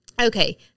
Okay